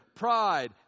pride